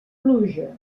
pluja